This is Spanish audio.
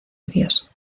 dios